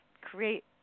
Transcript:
create